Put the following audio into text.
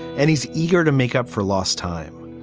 and he's eager to make up for lost time.